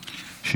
נתקבלו.